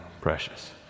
precious